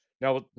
Now